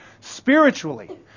spiritually